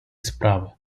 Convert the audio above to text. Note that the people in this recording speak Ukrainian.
справи